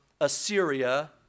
Assyria